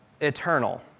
eternal